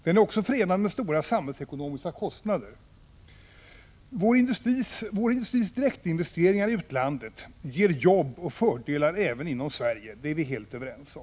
Den är också förenad med stora samhällsekonomiska kostnader: 1. Vår industris direktinvesteringar i utlandet ger jobb och fördelar även inom Sverige — det är vi helt överens om.